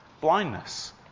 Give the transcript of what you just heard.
blindness